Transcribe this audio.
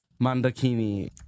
mandakini